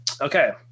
okay